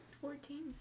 Fourteen